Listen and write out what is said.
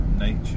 Nature